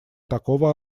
такого